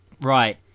Right